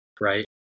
Right